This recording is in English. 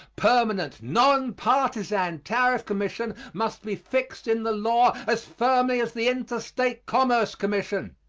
permanent, non-partisan tariff commission must be fixed in the law as firmly as the interstate commerce commission.